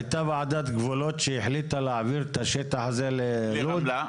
הייתה ועדת גבולות שהחליטה להעביר את השטח הזה לרמלה?